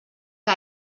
que